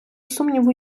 сумніву